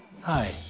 Hi